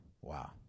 Wow